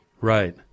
Right